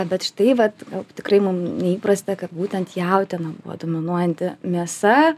bet štai vat tikrai mum neįprasta kad būtent jautiena buvo dominuojanti mėsa